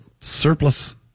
surplus